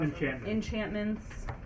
enchantments